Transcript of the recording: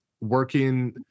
working